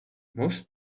most